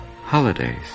holidays